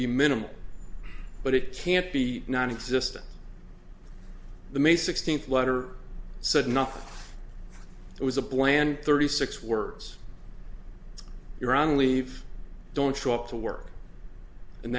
be minimal but it can't be nonexistent the may sixteenth letter said nothing it was a bland thirty six words you're on leave don't show up to work and